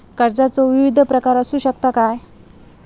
कर्जाचो विविध प्रकार असु शकतत काय?